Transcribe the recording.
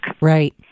Right